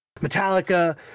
metallica